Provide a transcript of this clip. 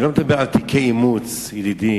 אני לא מדבר על תיקי אימוץ, ידידי.